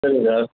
சரிங்க சார்